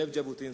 זאב ז'בוטינסקי.